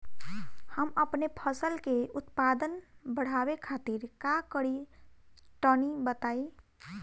हम अपने फसल के उत्पादन बड़ावे खातिर का करी टनी बताई?